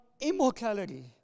immortality